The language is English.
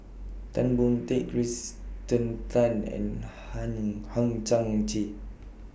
Tan Boon Teik Kirsten Tan and Hang Hang Chang Chieh